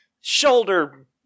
shoulder